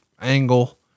angle